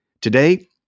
Today